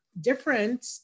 different